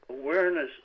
awareness